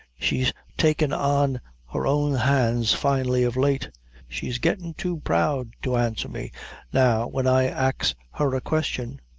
she's takin' on her own hands finely of late she's gettin' too proud to answer me now when i ax her a question.